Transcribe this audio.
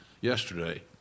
yesterday